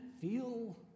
feel